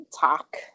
talk